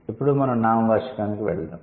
ఇప్పుడు మనం నామవాచకానికి వెళ్దాం